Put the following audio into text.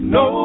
no